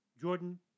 Jordan